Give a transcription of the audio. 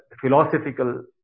philosophical